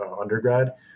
undergrad